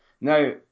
Now